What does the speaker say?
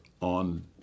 on